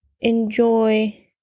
enjoy